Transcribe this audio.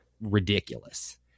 ridiculous